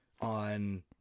on